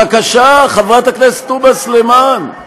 בבקשה, בבקשה, חברת הכנסת תומא סלימאן.